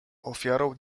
ofiarą